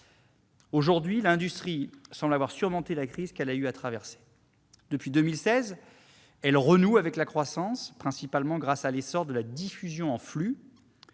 Aujourd'hui, l'industrie semble avoir surmonté la crise qu'elle a eu à traverser. Depuis 2016, elle renoue avec la croissance, principalement grâce à l'essor de la diffusion en flux-